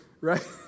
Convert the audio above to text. Right